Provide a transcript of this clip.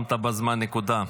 שמת בזמן נקודה.